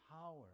power